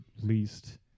least